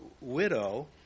widow